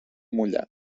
mullat